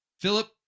Philip